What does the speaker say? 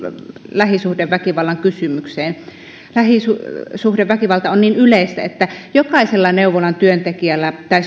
lähisuhdeväkivaltakysymykseen lähisuhdeväkivalta on niin yleistä että jokaisella neuvolan työntekijällä tai